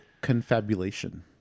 confabulation